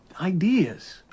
Ideas